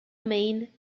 main